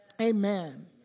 Amen